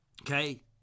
Okay